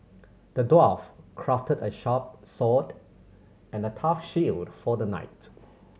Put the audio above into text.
the dwarf crafted a sharp and a tough shield for the knight